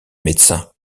médecin